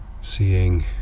seeing